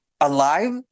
alive